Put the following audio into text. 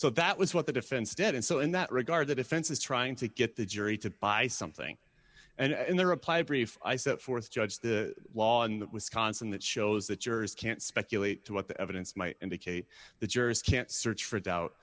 so that was what the defense did and so in that regard the defense is trying to get the jury to buy something and in their reply brief i set forth judge the law on that wisconsin that shows that yours can't speculate to what the evidence might indicate the jurors can't search for a doubt